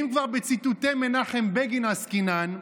אם כבר בציטוטי מנחם בגין עסקינן,